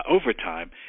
overtime